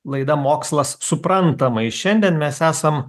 laida mokslas suprantamai šiandien mes esam